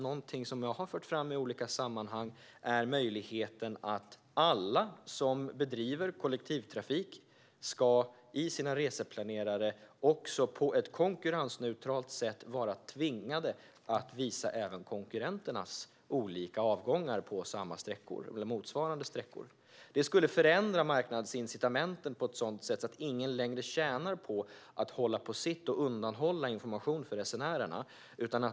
Något som jag har fört fram i olika sammanhang är möjligheten att alla som bedriver kollektivtrafik också ska vara tvingade att i sina reseplanerare på ett konkurrensneutralt sätt visa även konkurrenternas olika avgångar på samma eller motsvarande sträckor. Det skulle förändra marknadsincitamenten på ett sådant sätt att ingen längre tjänar på att hålla på sitt och undanhålla information för resenärerna.